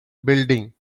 building